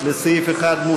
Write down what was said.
לסעיף 1,